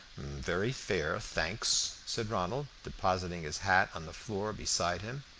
very fair, thanks, said ronald, depositing his hat on the floor beside him,